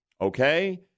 Okay